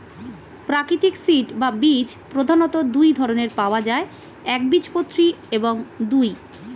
প্রাকৃতিক সিড বা বীজ প্রধানত দুই ধরনের পাওয়া যায় একবীজপত্রী এবং দুই